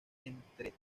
entre